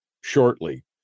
shortly